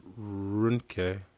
Runke